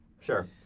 Sure